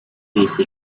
peace